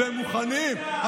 והם מוכנים,